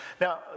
Now